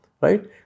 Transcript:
right